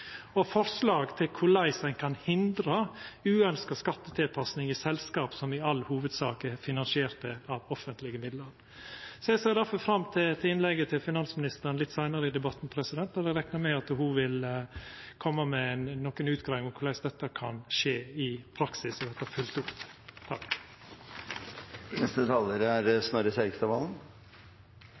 forslag til hvordan man kan hindre uønsket skattetilpasning i selskap som i all hovedsak er finansiert av offentlige midler.» Eg ser difor fram til innlegget frå finansministeren litt seinare i debatten, der eg reknar med at ho vil koma med nokre utgreiingar om korleis dette kan skje i praksis og verta følgt opp.